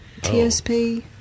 TSP